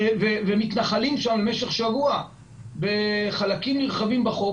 ומתנחלים שם למשך שבוע בחלקים נרחבים בחוף,